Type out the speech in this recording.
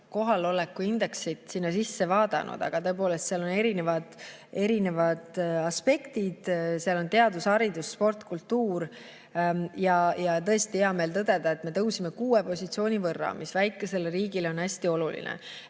kohaloleku indeksit lähemalt vaadanud, aga tõepoolest, seal on erinevad aspektid, seal on teadus, haridus, sport, kultuur. Tõesti on hea meel tõdeda, et me tõusime kuue positsiooni võrra, see on väikesele riigile hästi oluline.